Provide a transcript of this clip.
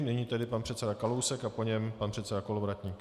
Nyní tedy pan předseda Kalousek, po něm pan předseda Kolovratník.